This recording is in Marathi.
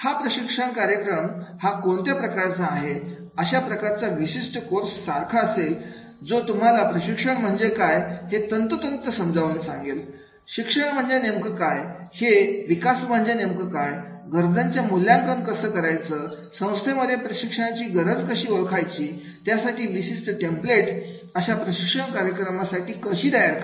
हा प्रशिक्षण कार्यक्रम हा कोणत्या प्रकारचा आहे अशा प्रकारचा विशिष्ट कोर्स सारखा असेल जो तुम्हाला प्रशिक्षण म्हणजे काय हे तंतोतंत समजावून सांगेल शिक्षण म्हणजे नेमकं काय आहे विकास म्हणजे नेमकं काय गरजांचा मूल्यांकन कसं करायचं संस्थेमध्ये प्रशिक्षणाची गरज कशी ओळखायची त्यासाठी विशिष्ट टेम्प्लेट आशा प्रशिक्षण कार्यक्रमासाठी कशी तयार करायची